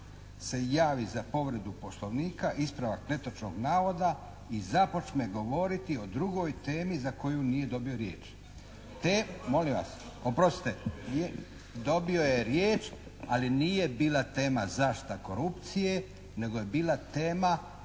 se javi za povredu Poslovnika, ispravak netočnog navoda i započne govoriti o drugoj temi za koju nije dobio riječ." …/Upadica se ne čuje./… Molim vas! Oprostite! Dobio je riječ ali nije bila tema zaštita korupcije nego je bila tema